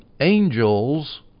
angels